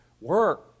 work